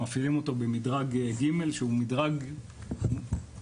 מפעילים אותו במדרג ג' שהוא מדרג מורכב,